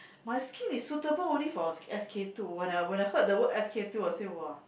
my skin is suitable only for S_K-two when I when I heard the word S_K-two I say !wah!